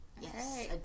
Yes